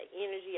energy